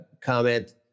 comment